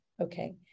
okay